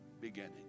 beginning